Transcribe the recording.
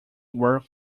were